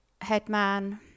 Headman